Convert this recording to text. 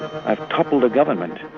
i've toppled the government.